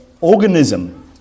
organism